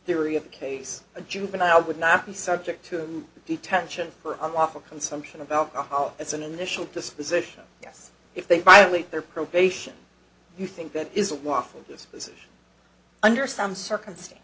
theory of the case a juvenile would not be subject to detention for a lawful consumption of alcohol it's an initial disposition yes if they violate their probation you think that is a waffle this is under some circumstances